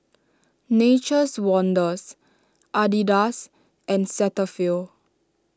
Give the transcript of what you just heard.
Nature's Wonders Adidas and Cetaphil